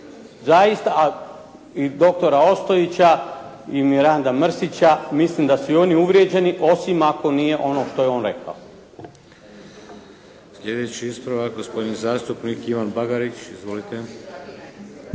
I doktora Ostojića i Miranda Mrsića mislim da su i oni uvrijeđeni, osim ako nije ono što je on rekao.